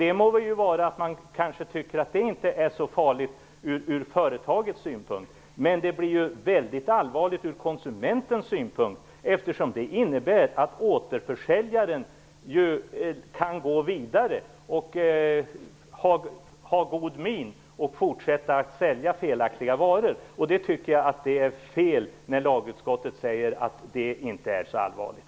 Det kanske man inte tycker är så farligt från företagets synpunkt, men det blir ju väldigt allvarligt från konsumentens synpunkt, eftersom det innebär att återförsäljaren kan hålla god min och fortsätta att sälja felaktiga varor. Jag tycker att det är fel när lagutskottet säger att det inte är så allvarligt.